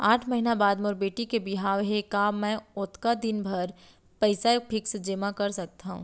आठ महीना बाद मोर बेटी के बिहाव हे का मैं ओतका दिन भर पइसा फिक्स जेमा कर सकथव?